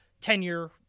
tenure